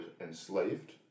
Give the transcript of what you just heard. enslaved